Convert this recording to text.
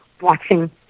watching